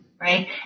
right